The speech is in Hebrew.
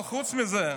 חוץ מזה,